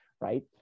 right